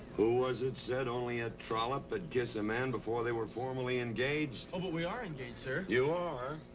who was it said only a trollop would but kiss a man before. they were formally engaged? oh, but we are engaged, sir. you are?